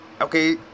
okay